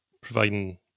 providing